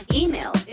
email